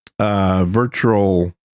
virtual